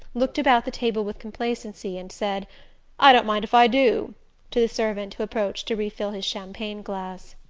looked about the table with complacency, and said i don't mind if i do to the servant who approached to re-fill his champagne glass.